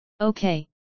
Okay